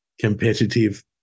competitive